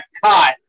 caught